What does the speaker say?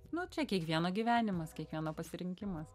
nu čia kiekvieno gyvenimas kiekvieno pasirinkimas